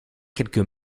quelques